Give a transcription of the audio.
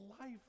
life